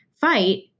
fight